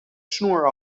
snor